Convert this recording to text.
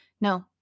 No